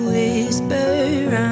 whisper